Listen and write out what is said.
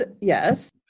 yes